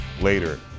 later